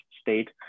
state